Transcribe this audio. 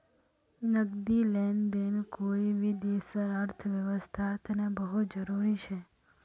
नकदी लेन देन कोई भी देशर अर्थव्यवस्थार तने बहुत जरूरी छ